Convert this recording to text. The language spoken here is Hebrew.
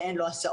ואין לו הסעות.